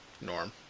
Norm